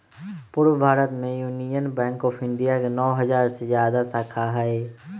पूरे भारत में union bank of India के नौ हजार से जादा शाखा हई